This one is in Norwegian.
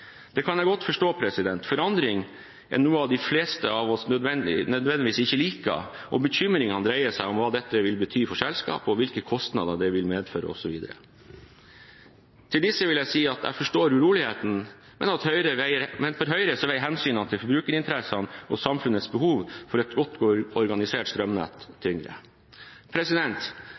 Det kan jeg godt forstå. Forandring er noe de fleste av oss ikke nødvendigvis liker, og bekymringene dreier seg om hva dette vil bety for selskapet, og hvilke kostnader det vil medføre osv. Til disse vil jeg si at jeg forstår uroligheten, men at for Høyre veier hensynet til forbrukernes interesser og til samfunnets behov for et godt organisert strømnett tyngre.